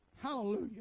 hallelujah